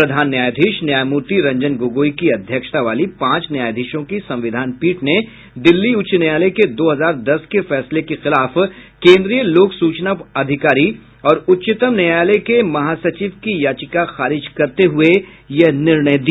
प्रधान न्यायाधीश न्यायमूर्ति रंजन गोगोई की अध्यक्षता वाली पांच न्यायाधीशों की संविधान पीठ ने दिल्ली उच्च न्यायालय के दो हजार दस के फैसले के खिलाफ केन्द्रीय लोकसूचना अधिकारी और उच्चतम न्यायालय के महासचिव की याचिका खारिज करते हुए यह निर्णय दिया